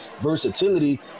versatility